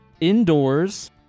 indoors